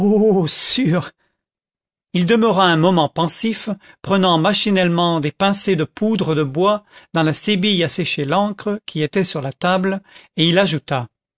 sûr il demeura un moment pensif prenant machinalement des pincées de poudre de bois dans la sébille à sécher l'encre qui était sur la table et il ajouta